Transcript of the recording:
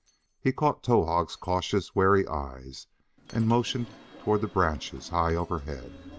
he caught towahg's cautious, wary eyes and motioned toward the branches high overhead.